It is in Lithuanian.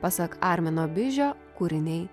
pasak armino bižio kūriniai